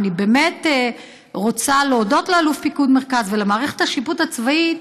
אני באמת רוצה להודות לאלוף פיקוד מרכז ולמערכת השיפוט הצבאית,